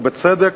ובצדק,